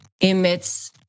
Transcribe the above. emits